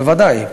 בוודאי.